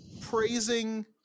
Praising